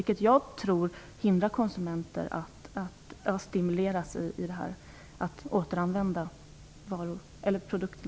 Jag tror att det hindrar konsumenten att stimuleras att återanvända dessa produkter.